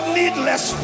needless